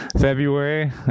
February